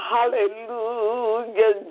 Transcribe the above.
Hallelujah